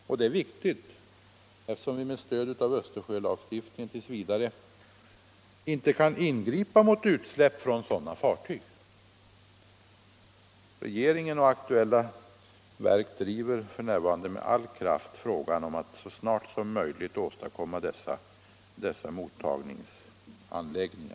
Och det är viktigt, eftersom vi med stöd av Östersjölagstiftningen tills vidare inte kan ingripa mot utsläpp från sådana fartyg. Regeringen och aktuella verk driver f.n. med all kraft frågan om att så snart som möjligt åstadkomma dessa mottagningsanläggningar.